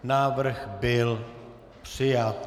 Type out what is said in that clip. Návrh byl přijat.